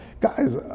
guys